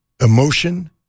Emotion